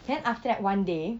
then after that one day